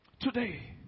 Today